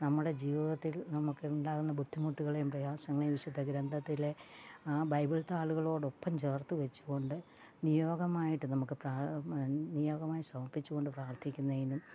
നമ്മുടെ ജീവിതത്തിൽ നമുക്ക് ഉണ്ടാവുന്ന ബുദ്ധിമുട്ടുകളെയും പ്രയാസങ്ങളെയും വിശുദ്ധ ഗ്രന്ഥത്തിലെ ആ ബൈബിൾ താളുകളോടൊപ്പം ചേർത്ത് വെച്ചുകൊണ്ട് നിയോഗമായിട്ട് നമുക്ക് നിയോഗമായി സമർപ്പിച്ചുകൊണ്ട് പ്രാർഥിക്കുന്നതിനും